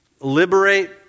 liberate